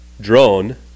drone